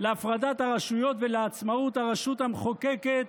להפרדת הרשויות ולעצמאות הרשות המחוקקת